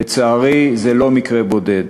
לצערי זה לא מקרה בודד.